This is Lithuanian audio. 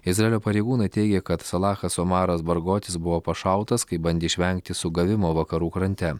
izraelio pareigūnai teigė kad salachas omaras bargotis buvo pašautas kai bandė išvengti sugavimo vakarų krante